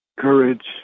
courage